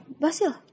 Basil